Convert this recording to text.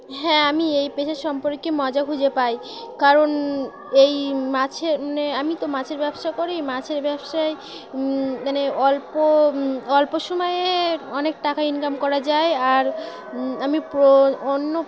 হ্যাঁ আমি এই পেশা সম্পর্কে মজা খুঁজে পাই কারণ এই মাছের মানে আমি তো মাছের ব্যবসা করি মাছের ব্যবসায় মানে অল্প অল্প সময়ে অনেক টাকা ইনকাম করা যায় আর আমি অন্য